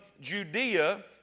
Judea